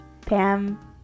Pam